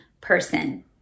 person